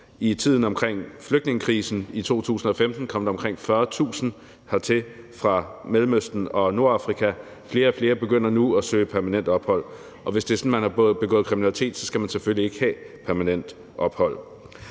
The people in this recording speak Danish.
I tiden omkring flygtningekrisen i 2015 kom der omkring 40.000 hertil fra Mellemøsten og Nordafrika. Flere og flere begynder nu at søge permanent ophold her. Og hvis det er sådan, at man har begået kriminalitet, skal man selvfølgelig ikke have permanent ophold.